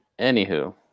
Anywho